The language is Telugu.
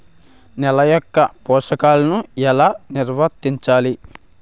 నెల యెక్క పోషకాలను ఎలా నిల్వర్తించాలి